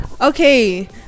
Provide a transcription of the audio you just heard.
Okay